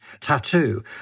tattoo